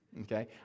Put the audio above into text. Okay